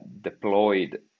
deployed